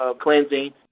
cleansing